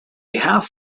half